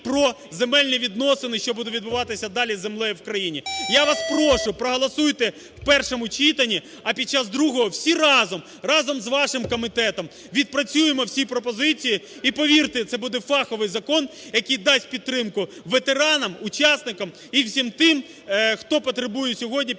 про земельні відносини, що буде відбуватися далі з землею в країні. Я вас прошу проголосуйте в першому читанні. А під час другого всі разом, разом з вашим комітетом, відпрацюємо всі пропозиції. І, повірте, це буде фаховий закон, який дасть підтримку ветеранам, учасникам і всім тим, хто потребує сьогодні